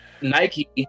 Nike